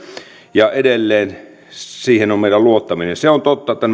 ja edelleen siihen on meidän luottaminen se on totta että nämä